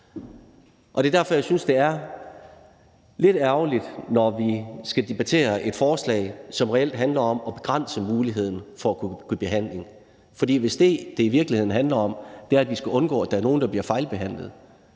Det er derfor, jeg synes, det er lidt ærgerligt, at vi skal debattere et forslag, som reelt handler om at begrænse muligheden for at kunne blive behandlet. For hvis det, det i virkeligheden handler om, er, at vi skal undgå, at der er nogen, der bliver fejlbehandlet,